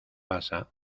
pasa